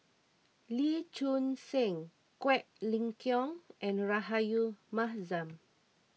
Lee Choon Seng Quek Ling Kiong and Rahayu Mahzam